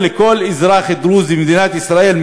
למועצות הדרוזיות.